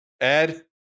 Ed